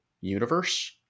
universe